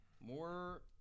More